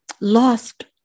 lost